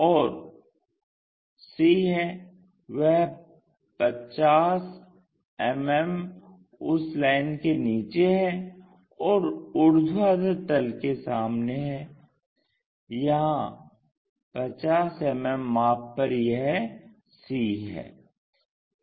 और c है वह 50 मिमी उस लाइन के नीचे है और ऊर्ध्वाधर तल के सामने है यहां 50 मिमी माप पर यह c है